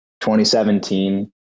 2017